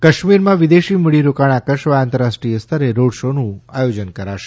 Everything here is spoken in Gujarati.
કાશ્મીરમાં વિદેશી મૂડીરોકાણ આકર્ષવા આંતરરાષ્ટ્રીય સ્તરે રોડ શોનું આયોજન કરાશે